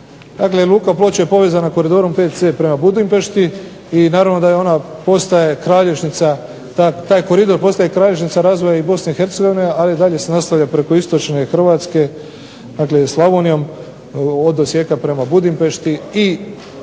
luka Ploče je povezana Koridorom VC prema Budimpešti i naravno da ona postaje kralježnica, taj koridor postaje kralježnica razvoja i BiH, ali i dalje se nastavlja preko istočne Hrvatske, dakle Slavonijom od Osijeka prema Budimpešti i